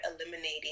eliminating